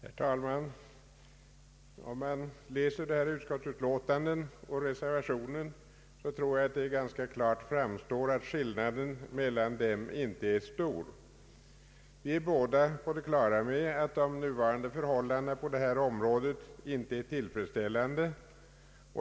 Herr talman! Om man läser detta utskottsutlåtande och reservationen, tror jag att det ganska klart framstår att skillnaden mellan dem inte är stor. Utskottsmajoriteten och reservanterna är båda på det klara med att de nuvarande förhållandena på detta område inte är tillfredsställande.